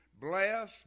bless